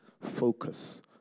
focus